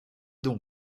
donc